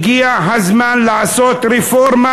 הגיע הזמן לעשות רפורמה